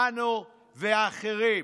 מנו ואחרים.